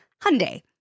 Hyundai